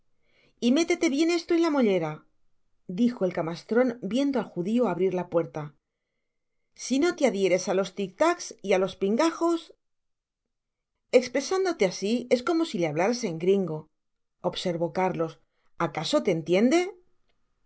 y métete bien esto en la mollera dijo el camastron viendo al judio abrir la puerta si no te adhieres á los tictaes y á los pingajos espresándote asi es como si le hablaras en gringo observo cárlos acaso te entiende si